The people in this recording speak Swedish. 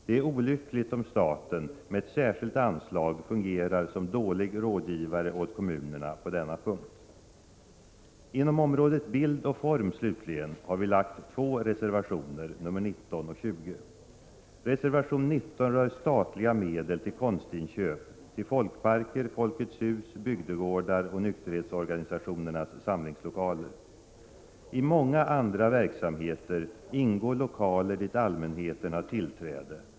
Det är olyckligt om staten med ett särskilt anslag fungerar som dålig rådgivare åt kommunerna på denna punkt. Inom området bild och form slutligen har vi avgivit två reservationer, nr 19 och 20. Reservation 19 rör statliga medel till konstinköp till folkparker, Folkets hus, bygdegårdar och nykterhetsorganisationernas samlingslokaler. I många andra verksamheter ingår lokaler dit allmänheten har tillträde.